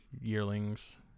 yearlings